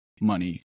money